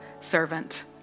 servant